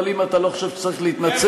אבל אם אתה לא חושב שצריך להתנצל,